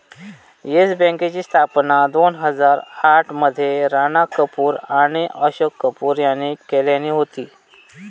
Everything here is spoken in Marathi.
येस बँकेची स्थापना दोन हजार आठ मध्ये राणा कपूर आणि अशोक कपूर यांनी केल्यानी होती